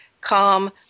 calm –